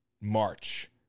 march